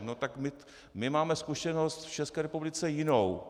No tak my máme zkušenost v České republice jinou.